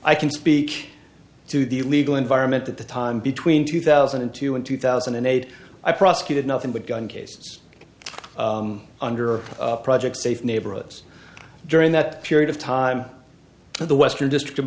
i can speak to the legal environment at the time between two thousand and two and two thousand and eight i prosecuted nothing but gun cases under project safe neighborhoods during that period of time for the western district